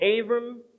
Abram